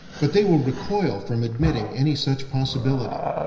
but they will recoil from admitting any such possibility.